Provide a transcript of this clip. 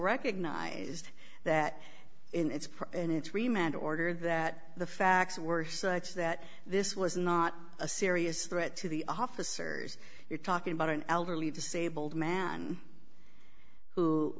recognized that in its in its remained order that the facts were such that this was not a serious threat to the officers you're talking about an elderly disabled man who